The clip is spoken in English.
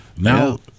Now